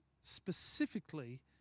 specifically